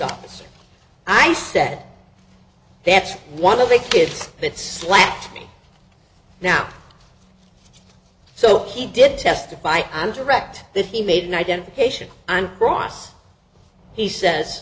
officer i said that's one of the kids that slapped me now so he did testify and direct that he made an identification on cross he says